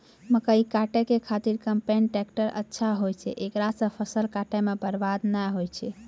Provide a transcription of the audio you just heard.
मकई काटै के खातिर कम्पेन टेकटर अच्छा होय छै ऐकरा से फसल काटै मे बरवाद नैय होय छै?